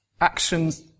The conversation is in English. actions